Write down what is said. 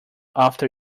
after